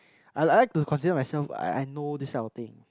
I I like to consider myself I I know these type of thing